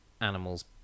animals